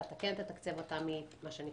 ואתה כן תתקצב אותם מ-923.